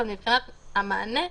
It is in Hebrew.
אבל מבחינת המענה,